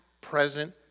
present